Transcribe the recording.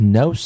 no